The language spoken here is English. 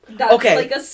Okay